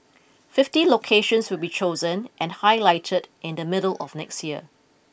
fifty locations will be chosen and highlighted in the middle of next year